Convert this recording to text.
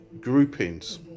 groupings